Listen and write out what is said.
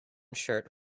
shirt